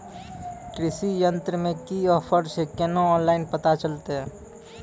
कृषि यंत्र मे की ऑफर छै केना ऑनलाइन पता चलतै?